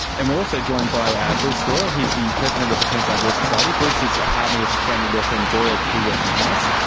and we're also joined by ah bruce doyle. he's the president of the queensland law society. bruce is a partner with the family law firm, doyle, keyworth and harris,